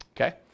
Okay